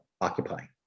occupying